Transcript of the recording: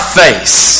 face